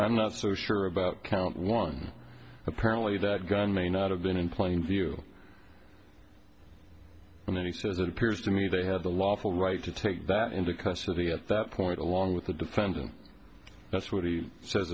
i'm not so sure about count one apparently that gun may not have been in plain view and he says it appears to me they have the lawful right to take that into custody at that point along with the defendant that's what he sa